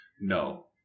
no